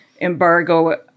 embargo